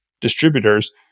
distributors